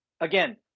Again